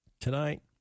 Tonight